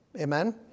Amen